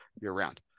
year-round